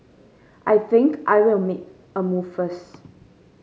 I think I'll make a move first